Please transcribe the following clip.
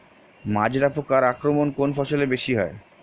মাজরা পোকার আক্রমণ কোন ফসলে বেশি হয়?